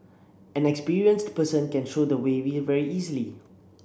an experienced person can show the way very easily